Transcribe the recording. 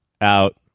out